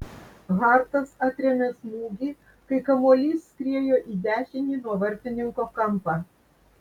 hartas atrėmė smūgį kai kamuolys skriejo į dešinį nuo vartininko kampą